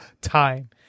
time